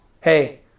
Hey